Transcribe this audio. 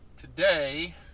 today